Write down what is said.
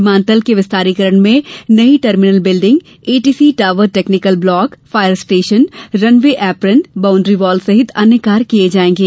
विमानतल के विस्तारीकरण में नई terminal building ATC tower technical block fire station runway apron boundary wall सहित कार्य किए जाएंगे